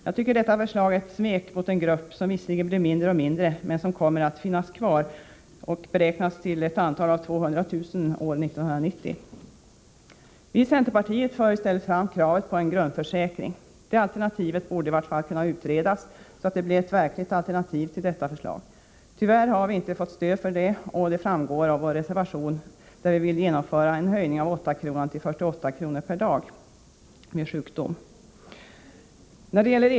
Jag tycker att detta förslag är ett svek mot en grupp som visserligen blir mindre och mindre men som kommer att finnas kvar och som beräknas vara ca 200 000 år 1990. Vi i centerpartiet för i stället fram kravet på en grundförsäkring. Det alternativet borde i vart fall kunna utredas, så att det blir ett verkligt alternativ till detta förslag. Tyvärr har vi inte fått stöd för detta, och det framgår av vår reservation, där vi föreslår en höjning av 8-kronan till 48 kr. per dag vid sjukdom.